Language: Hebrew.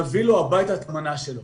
נביא לו הביתה את המנה שלו.